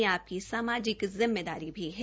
यह आपकी सामाजिक जिम्मेदारी भी है